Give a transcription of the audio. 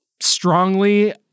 strongly